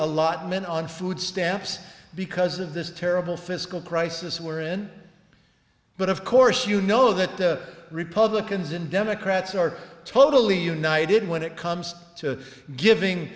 allotment on food stamps because of this terrible fiscal crisis we're in but of course you know that the republicans and democrats are totally united when it comes to giving